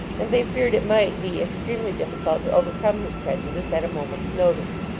and they feared it might be extremely difficult to over come his prejudice at a moment s notice.